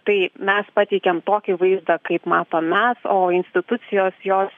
tai mes pateikėm tokį vaizdą kaip matom mes o institucijos jos